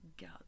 god